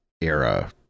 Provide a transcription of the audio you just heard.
era